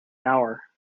hour